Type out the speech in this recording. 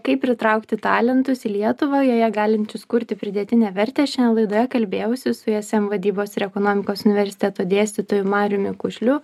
kaip pritraukti talentus į lietuvą joje galinčius kurti pridėtinę vertę šiandien laidoje kalbėjausi su ism vadybos ir ekonomikos universiteto dėstytoju mariumi kušliu